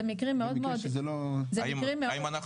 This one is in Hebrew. זה מקרים מאוד מאוד --- האם אנחנו